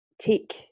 take